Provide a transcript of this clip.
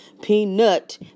peanut